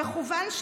מכוון,